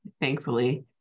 thankfully